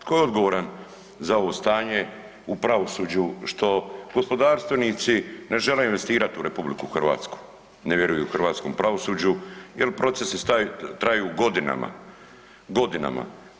Tko je odgovoran za ovo stanje u pravosuđu što gospodarstvenici ne žele investirati u RH, ne vjeruju hrvatskom pravosuđu jer procesi traju godinama, godinama.